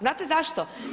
Znate zašto?